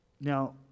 Now